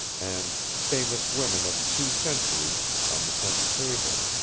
and famous women of two centuries on the centre table.